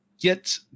get